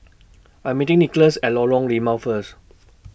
I Am meeting Nikolas At Lorong Limau First